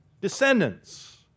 descendants